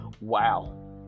wow